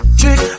trick